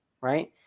right